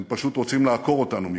הם פשוט רוצים לעקור אותנו מכאן,